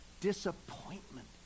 disappointment